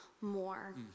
more